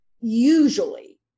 usually